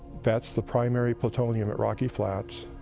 that's the primary plutonium at rocky flats,